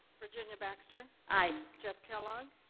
virginia baxter? aye. jeff kellogg?